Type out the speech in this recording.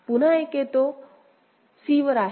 पुन्हा 1 येतो c वर आहे